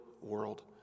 world